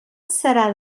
serà